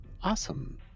awesome